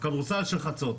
כדורסל של חצות.